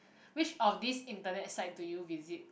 which of this internet site do you visit